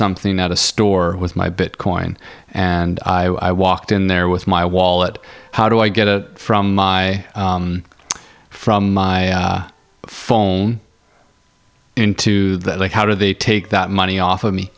something that a store was my bitcoin and i walked in there with my wallet how do i get a from my from my phone into that like how do they take that money off of me